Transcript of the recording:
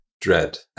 dread